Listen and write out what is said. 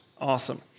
Awesome